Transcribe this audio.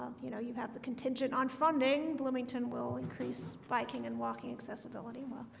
you know you have the contingent on funding bloomington will increase biking and walking accessibility. well,